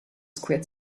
squirt